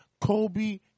Kobe